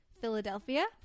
Philadelphia